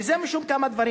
וזה משום כמה דברים,